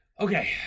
Okay